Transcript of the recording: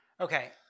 Okay